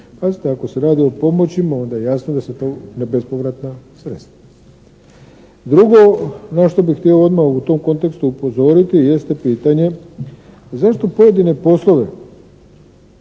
Pazite, ako se radi o pomoćima onda je jasno da su to bespovratna sredstva. Drugo, na što bih htio odmah u tom kontekstu upozoriti jeste pitanje, zašto pojedine poslove